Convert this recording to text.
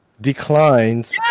Declines